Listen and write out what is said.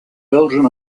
belgian